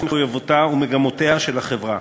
מחויבותה ומגמותיה של החברה.